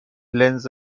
لنز